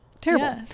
terrible